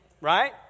right